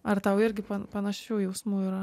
ar tau irgi panašių jausmų yra